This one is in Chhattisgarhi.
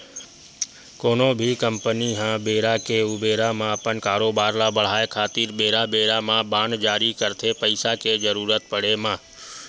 कोनो भी कंपनी ह बेरा के ऊबेरा म अपन कारोबार ल बड़हाय खातिर बेरा बेरा म बांड जारी करथे पइसा के जरुरत पड़े म